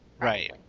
right